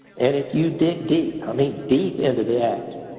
and if you dig deep, i mean, deep into the act,